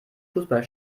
fußball